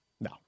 No